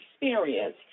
experience